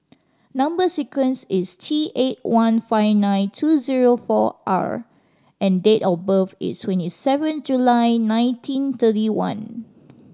number sequence is T eight one five nine two zero four R and date of birth is twenty seven July nineteen thirty one